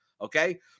okay